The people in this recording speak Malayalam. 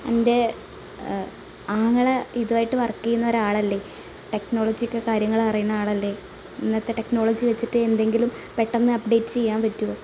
നിന്റെ ആങ്ങള ഇതുവായിട്ട് വർക്ക് ചെയ്യുന്ന ഒരാളല്ലെ ടെക്നോളജിയൊക്കെ കാര്യങ്ങളറിയുന്ന ആളല്ലെ ഇന്നത്തെ ടെക്നോളജി വെച്ചിട്ട് എന്തെങ്കിലും പെട്ടെന്ന് അപ്ഡേറ്റ് ചെയ്യാൻ പറ്റുമോ